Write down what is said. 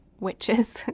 witches